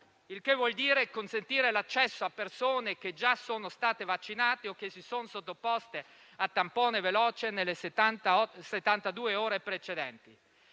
il che vuol dire consentire l'accesso a persone che sono state già vaccinate o che si sono sottoposte a tampone veloce nelle settantadue ore precedenti.